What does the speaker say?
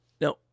Now